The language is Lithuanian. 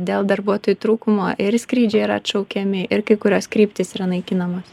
dėl darbuotojų trūkumo ir skrydžiai yra atšaukiami ir kai kurios kryptys yra naikinamos